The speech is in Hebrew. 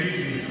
תגיד לי.